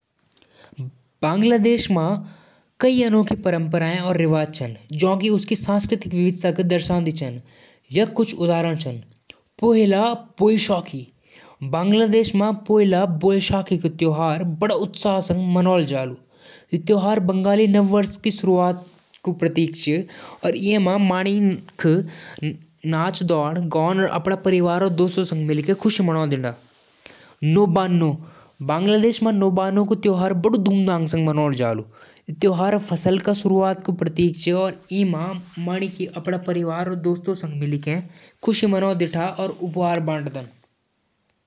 चीन क संस्कृति हजारौं साल पुरानी छै। यहां क मुख्य परंपरा म कन्फ्यूशियनिज्म और ताओइज्म का प्रभाव दिखदु। चाय और नूडल्स यहां क मशहूर व्यंजन छन। चीनी नववर्ष क त्योहार खूब धूमधाम स मनौलु। कला म पेंटिंग, कैलीग्राफी और चीनी मार्शल आर्ट प्रसिद्ध छन। चीन क ड्रैगन डांस और लैंटर्न फेस्टिवल दुनु खास होलु। परंपरागत कपड़े, जैसे चीपाओ, और प्राचीन इमारत, जैसे ग्रेट वॉल ऑफ चाइना, यहां क पहचान छन।